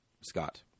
Scott